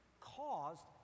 caused